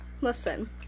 Listen